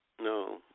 No